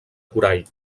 corall